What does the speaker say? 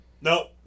Nope